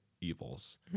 evils